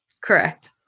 Correct